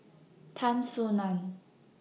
Tan Soo NAN